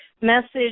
message